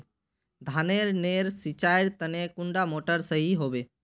धानेर नेर सिंचाईर तने कुंडा मोटर सही होबे?